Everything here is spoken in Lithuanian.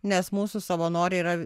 nes mūsų savanoriai yra